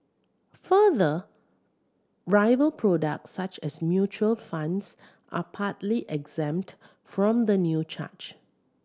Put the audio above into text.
further rival products such as mutual funds are partly exempt from the new charge